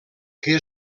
que